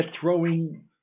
throwing